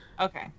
Okay